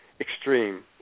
extreme